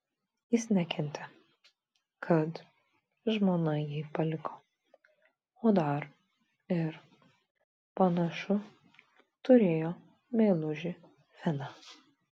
jis nekentė kad žmona jį paliko o dar ir panašu turėjo meilužį finą